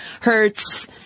hurts